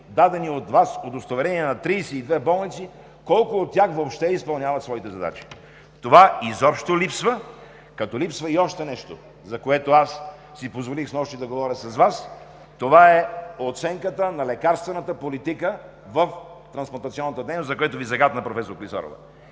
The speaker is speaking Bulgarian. дадени от Вас удостоверения на 32 болници може да се види колко от тях въобще изпълняват своите задачи. Това изобщо липсва, като липсва и още нещо, за което аз си позволих снощи да говоря с Вас, и това е оценката на лекарствената политика в трансплантационната дейност, за което Ви загатна професор Клисарова.